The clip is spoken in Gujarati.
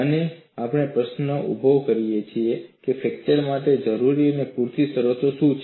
અને આપણે પ્રશ્ન ઉભો કરીએ છીએ ફ્રેક્ચર માટે જરૂરી અને પૂરતી શરતો શું છે